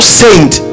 saint